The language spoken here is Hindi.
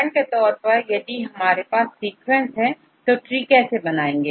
उदाहरण के तौर पर यदि हमारे पास सीक्वेंस है तो ट्री कैसे बनाएंगे